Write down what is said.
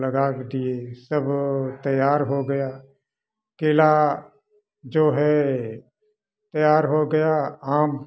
लगा भी दिए सब तैयार हो गया केला जो है तैयार हो गया आम